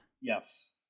Yes